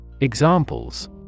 Examples